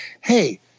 hey